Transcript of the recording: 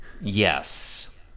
Yes